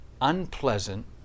unpleasant